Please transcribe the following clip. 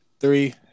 Three